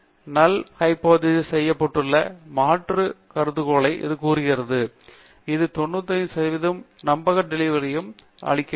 நல் hypothesis test செய்யப்பட்டுள்ள மாற்று மாற்று கருதுகோளாகவும் அது கூறுகிறது இது 95 சதவிகிதம் நம்பக இடைவெளியை அளிக்கிறது